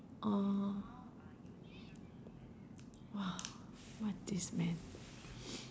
orh !wah! what this meant